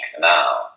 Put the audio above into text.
now